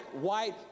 white